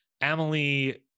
emily